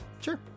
Sure